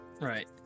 Right